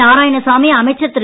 நாராயணசாமி அமைச்சர் திரு